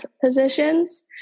positions